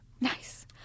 Nice